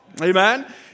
Amen